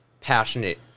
passionate